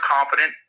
confident